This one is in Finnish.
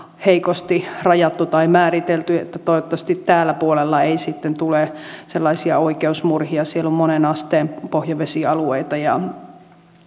heikosti rajattu tai määritelty niin toivottavasti täällä puolella ei sitten tule sellaisia oikeusmurhia siellä on monen asteen pohjavesialueita ja